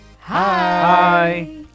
hi